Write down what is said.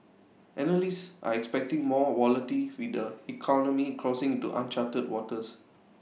analysts are expecting more volatility with the economy crossing into uncharted waters